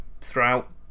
throughout